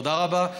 תודה רבה.